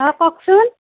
অঁ কওকচোন